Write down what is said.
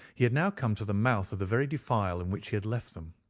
he had now come to the mouth of the very defile in which he had left them.